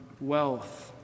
wealth